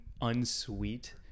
unsweet